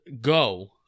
go